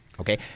Okay